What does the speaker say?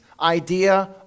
idea